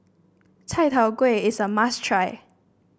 Chai Tow Kuay is a must try